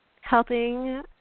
helping